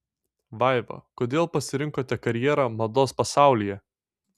vaiva kodėl pasirinkote karjerą mados pasaulyje